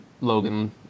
Logan